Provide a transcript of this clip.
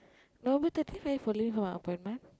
on the thirtieth are you following for my appointment